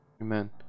Amen